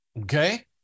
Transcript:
Okay